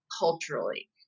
culturally